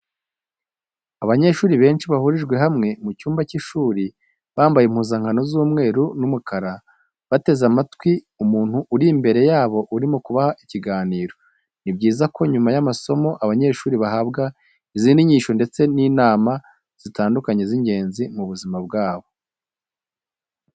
Abanyeshuri benshi bahurijwe hamwe mu cyumba cy'ishuri bambaye impuzankano z'umweru, n'umukara bateze amatwi umuntu uri imbere yabo urimo kubaha ikiganiro. Ni byiza ko nyuma y'amasomo abanyeshuri bahabwa izindi nyigisho ndetse n'inama zitandukanye z'ingenzi mu buzima bwabo.